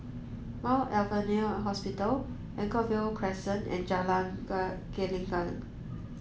Mount Alvernia Hospital Anchorvale Crescent and Jalan Gelenggang